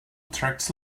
attracts